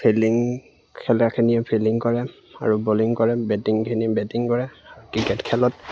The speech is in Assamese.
ফিল্ডিং খেলাখিনি ফিল্ডিং কৰে আৰু বলিং কৰে বেটিংখিনি বেটিং কৰে ক্ৰিকেট খেলত